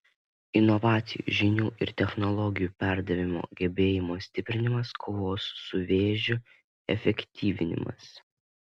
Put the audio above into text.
inovacijų žinių ir technologijų perdavimo gebėjimo stiprinimas kovos su vėžiu efektyvinimas